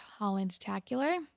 HollandTacular